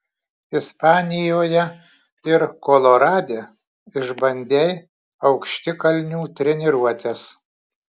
ispanijoje ir kolorade išbandei aukštikalnių treniruotes